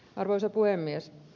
arvoisa puhemies